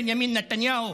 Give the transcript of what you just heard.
בנימין נתניהו,